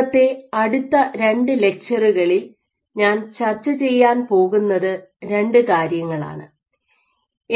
ഇന്നത്തെ അടുത്ത രണ്ട് ലെക്ച്ചറുകളിൽ ഞാൻ ചർച്ച ചെയ്യാൻ പോകുന്നത് രണ്ട് കാര്യങ്ങളാണ്